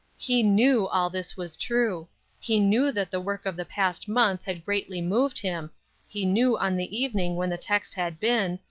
he knew all this was true he knew that the work of the past month had greatly moved him he knew on the evening when the text had been,